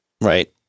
right